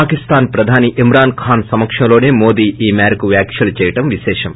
పాకిస్తాన్ ప్రధాని ఇమ్రాన్ ఖాన్ సమక్షంలోనే మోదీ ఈ మేరకు వ్యాఖ్యానించడం విశేషం